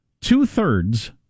two-thirds